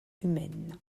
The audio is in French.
humaines